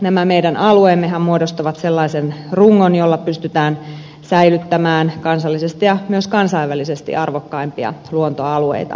nämä meidän alueemmehan muodostavat sellaisen rungon jolla pystytään säilyttämään kansallisesti ja myös kansainvälisesti arvokkaimpia luontoalueitamme